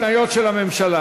-- להתניות של הממשלה.